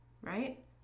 right